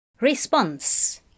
Response